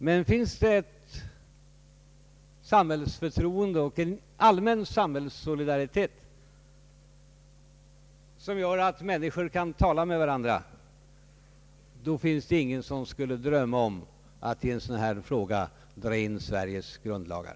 Men finns det ett samhällsförtroende och en allmän samhällssolidaritet, som gör att människor kan tala med varandra, då finns det ingen som skulle drömma om att i en sådan fråga dra in Sveriges grundlagar.